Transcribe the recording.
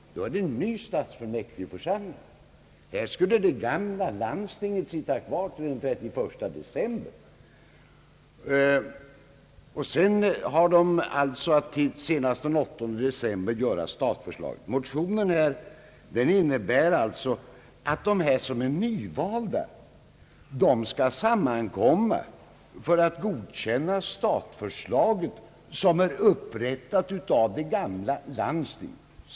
Då blir det en ny stadsfullmäktigeförsamling. Enligt motionsförslaget skulle det gamla landstinget sitta kvar till den 31 december. Motionen innebär att de som är nyvalda skulle sammankomma för att godkännan statförslaget, som är upprättat av det gamla landstinget.